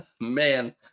man